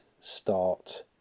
start